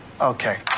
Okay